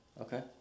Okay